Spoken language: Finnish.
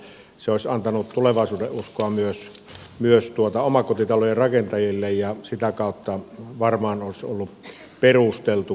se olisi antanut tulevaisuudenuskoa myös omakotitalojen rakentajille ja sitä kautta varmaan olisi ollut perusteltu näkökulma